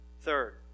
Third